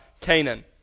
Canaan